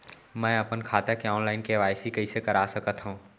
मैं अपन खाता के ऑनलाइन के.वाई.सी कइसे करा सकत हव?